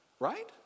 right